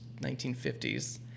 1950s